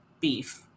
beef